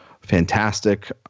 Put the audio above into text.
fantastic